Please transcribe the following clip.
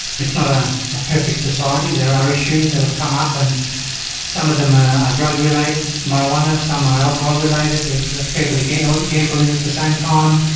it's not ah a perfect society, there are issues that have come up and some of them are drug-related, marijuana, some are alcohol related, there's a fair bit of gambling gambling at the same time.